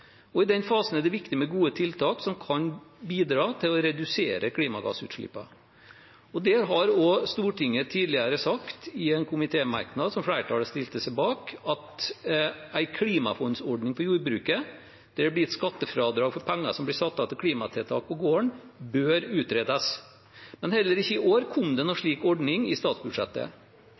I den fasen er det viktig med gode tiltak som kan bidra til å redusere klimagassutslippene. Stortinget har tidligere sagt i en komitémerknad som flertallet stilte seg bak, at en klimafondsordning for jordbruket der det blir gitt skattefradrag for penger som blir satt av til klimatiltak på gården, bør utredes. Men heller ikke i år kom det noen slik ordning i statsbudsjettet.